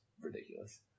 ridiculous